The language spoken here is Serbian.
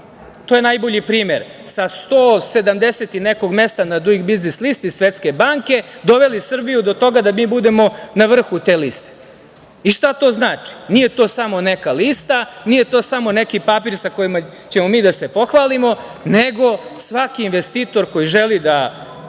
to je najbolji primer, sa 170 i nekom mesta Duing biznis liste Svetske banke, doveli Srbiju do toga da mi budemo na vrhu te liste. Šta to znači? Nije to samo neka lista, nije to samo neki papir sa kojim ćemo mi da se pohvalimo, nego svaki investitor koji želi da